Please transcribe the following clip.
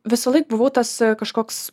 visąlaik buvau tas kažkoks